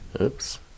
Oops